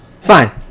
fine